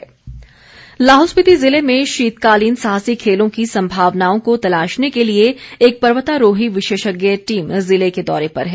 लाहौल पर्यटन लाहौल स्पीति ज़िले में शीतकालीन साहसिक खेलों की संभावनाओं को तलाशने के लिए एक पर्यतारोही विशेषज्ञ टीम जिले के दौरे पर है